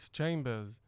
Chambers